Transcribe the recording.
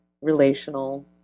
relational